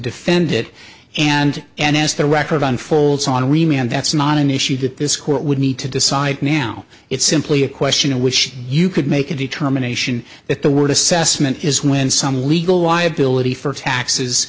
defend it and and as the record on falls on remand that's not an issue that this court would need to decide now it's simply a question of which you could make a determination that the word assessment is when some legal liability for taxes